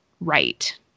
right